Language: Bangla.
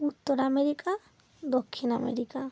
উত্তর আমেরিকা দক্ষিণ আমেরিকা